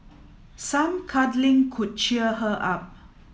some cuddling could cheer her up